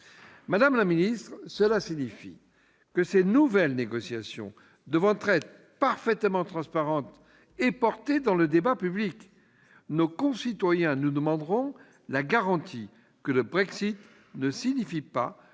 Madame la ministre, cela signifie que ces nouvelles négociations devront être parfaitement transparentes et portées dans le débat public. Nos concitoyens nous demanderont la garantie que le Brexit ne signifie pas